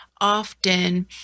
often